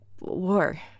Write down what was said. War